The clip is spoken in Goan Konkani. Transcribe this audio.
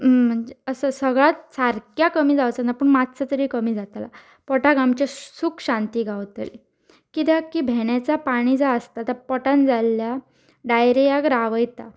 म्हणजे अस सगळत सारक्या कमी जावचो ना पूण मात्सो तरी कमी जातलो पोटाक आमचे सुूख शांती गावतली कित्याक की भेंण्याचा पाणी जो आसता तो पोटान जाल्ल्या डायरियाक रावयता